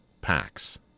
packs